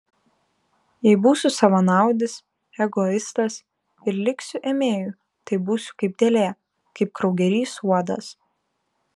jei būsiu savanaudis egoistas ir liksiu ėmėju tai būsiu kaip dėlė kaip kraugerys uodas